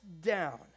down